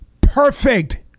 perfect